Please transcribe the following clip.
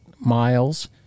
miles